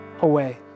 away